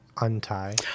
untie